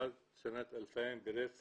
עד שנת 2000 ברצף,